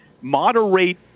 moderate